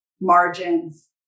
margins